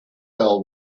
bell